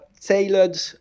tailored